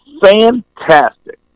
fantastic